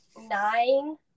nine